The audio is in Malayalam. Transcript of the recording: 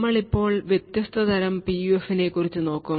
നമ്മൾ ഇപ്പോൾ വ്യത്യസ്ത തരം PUF നെ കുറിച്ച് നോക്കും